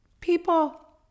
people